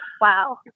wow